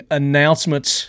announcements